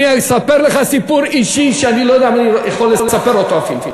אני אספר לך סיפור אישי שאני לא יודע אם אני יכול לספר אותו אפילו.